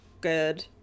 good